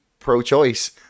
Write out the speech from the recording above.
pro-choice